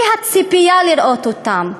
האי-ציפייה לראות אותם.